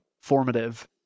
formative